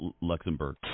Luxembourg